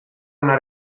una